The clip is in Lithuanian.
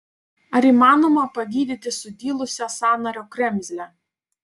ar įmanoma pagydyti sudilusią sąnario kremzlę